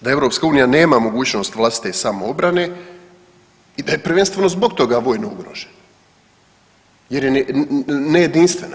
Da EU nema mogućnost vlastite samoobrane i da je prvenstveno zbog toga vojno ugrožena jer je nejedinstvena.